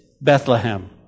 Bethlehem